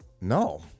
no